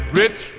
rich